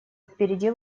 впереди